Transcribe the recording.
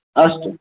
अस्तु